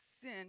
sin